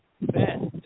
Best